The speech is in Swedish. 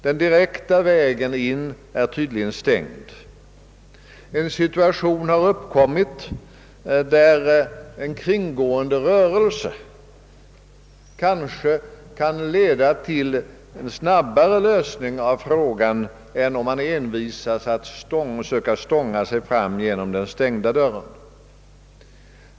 Den direkta vägen in är tydligen stängd för EFTA-staterna. En situation har uppkommit där en kringgående rörelse kanske kan leda till en snabbare lösning av frågan än om man envisas att söka stånga sig in genom den stängda dörren.